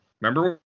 Remember